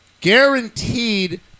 Guaranteed